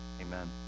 Amen